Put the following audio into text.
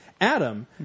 Adam